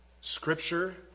Scripture